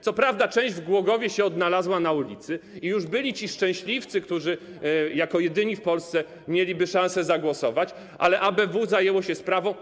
Co prawda część w Głogowie się odnalazła na ulicy i już byli ci szczęśliwcy, którzy jako jedyni w Polsce mieliby szansę zagłosować, ale ABW zajęło się sprawą.